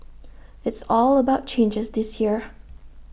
it's all about changes this year